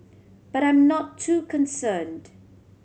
but I am not too concerned